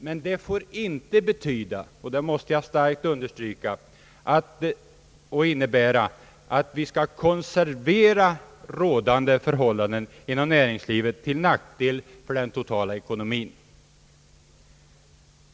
Men det får inte innebära och det vill jag starkt understyrka — att vi skall konservera rådande förhållanden inom näringslivet till nackdel för den totala ekonomin.